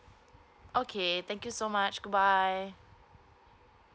okay thank you so much goodbye